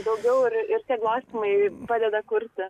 daugiau ir ir tie glostymai padeda kurti